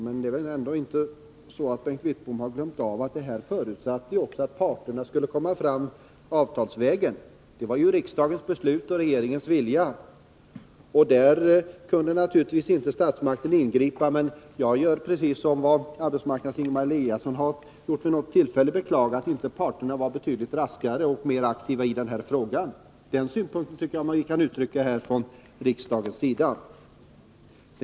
Bengt Wittbom har väl ändå inte glömt att detta förutsatte att parterna skulle gå fram avtalsvägen? Det var riksdagens beslut och regeringens vilja. Där kunde naturligtvis inte statsmakten ingripa, och jag beklagar, precis som dåvarande arbetsmarknadsministern Ingemar Eliasson gjorde vid något tillfälle, att parterna inte var betydligt raskare och mer aktiva när det gällde den här frågan. Den synpunkten tycker jag man kan uttrycka från riksdagens sida.